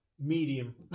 medium